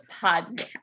podcast